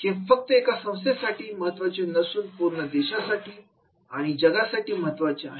हे फक्त एका संस्थेसाठी महत्त्वाचे नसून पूर्ण देशा साठी आणि जगासाठी महत्त्वाचे आहे